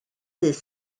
dydd